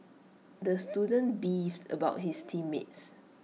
the student beefed about his team mates